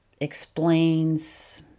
explains